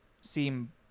seem